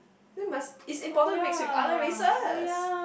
then must it's important to mix with other races